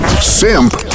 Simp